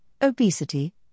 obesity